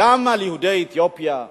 גם על יהודי אתיופיה,